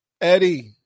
Eddie